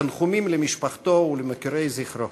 תנחומים למשפחתו ולמוקירי זכרו.